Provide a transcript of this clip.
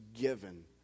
given